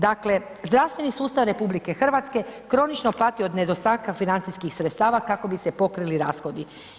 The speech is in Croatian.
Dakle, zdravstveni sustav RH kronično pati od nedostataka financijskih sredstava kako bi se pokrili rashodi.